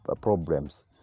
problems